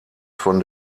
von